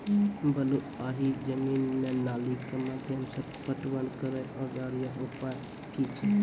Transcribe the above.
बलूआही जमीन मे नाली के माध्यम से पटवन करै औजार या उपाय की छै?